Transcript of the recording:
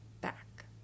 back